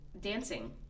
Dancing